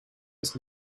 its